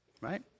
Right